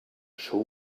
show